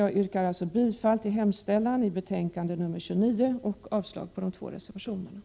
Jag yrkar bifall till utskottets hemställan i betänkande 29 och avslag på de två reservationerna.